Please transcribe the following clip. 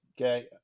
Okay